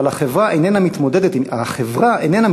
אבל החברה איננה מתמודדת עם מגבלותיה.